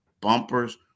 bumpers